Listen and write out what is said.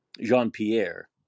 Jean-Pierre